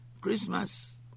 christmas